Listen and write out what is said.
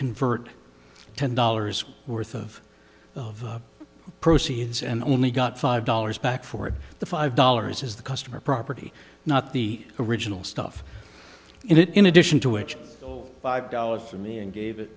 convert ten dollars worth of the proceeds and only got five dollars back for the five dollars is the customer property not the original stuff in it in addition to which five dollars for me and gave it